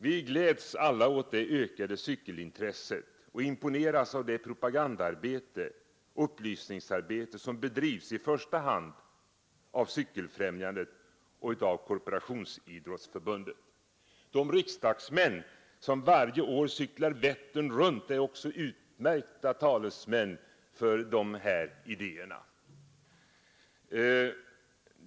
Vi gläds alla åt det ökade cykelintresset och imponeras av det propagandaoch upplysningsarbete som bedrivs i första hand av Cykelfrämjandet och Korporationsidrottsförbundet. De riksdagsmän som varje år cyklar Vättern runt är också utmärkta talesmän för dessa idéer.